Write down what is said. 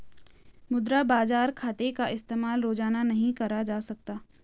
मुद्रा बाजार खाते का इस्तेमाल रोज़ाना नहीं करा जा सकता